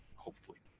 hopefully.